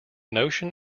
notion